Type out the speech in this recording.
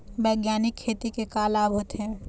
बैग्यानिक खेती के का लाभ होथे?